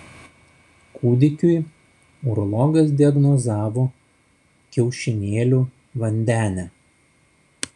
kūdikiui urologas diagnozavo kiaušinėlių vandenę